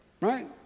Right